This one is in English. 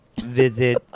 visit